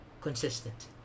consistent